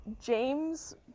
James